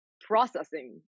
processing